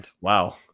Wow